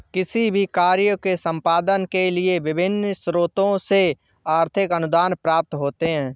किसी भी कार्य के संपादन के लिए विभिन्न स्रोतों से आर्थिक अनुदान प्राप्त होते हैं